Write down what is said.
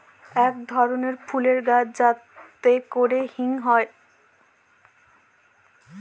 এক ধরনের ফুলের গাছ যাতে করে হিং হয়